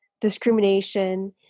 discrimination